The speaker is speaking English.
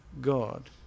God